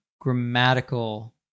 grammatical